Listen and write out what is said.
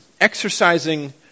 exercising